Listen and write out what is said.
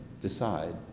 decide